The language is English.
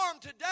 today